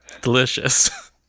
Delicious